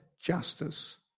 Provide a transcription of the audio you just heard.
justice